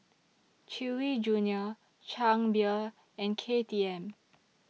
Chewy Junior Chang Beer and K T M